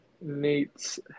Nate's